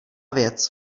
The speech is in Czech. věc